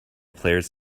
players